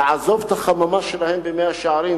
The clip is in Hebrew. לעזוב את החממה שלהם במאה-שערים